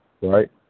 Right